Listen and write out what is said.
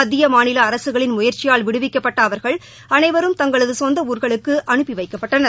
மத்திய மாநில அரசுகளின் முயற்சியால் விடுவிக்கப்பட்ட அவர்கள் அனைவரும் தங்களது சொந்த ஊர்களுக்கு அனுப்பி வைக்கப்பட்டனர்